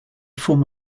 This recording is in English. form